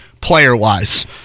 player-wise